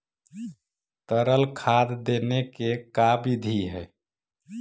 तरल खाद देने के का बिधि है?